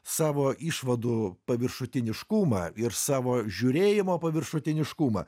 savo išvadų paviršutiniškumą ir savo žiūrėjimo paviršutiniškumą